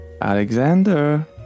alexander